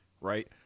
Right